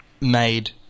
made